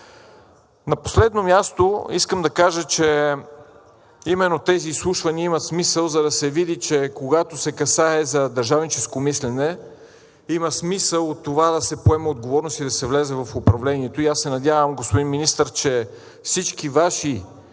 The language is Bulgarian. На последно място, искам да кажа, че именно тези изслушвания имат смисъл, за да се види, че когато се касае за държавническо мислене, има смисъл от това да се поема отговорност и да се влезе в управлението. И аз се надявам, господин Министър, че за всички Ваши